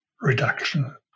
reduction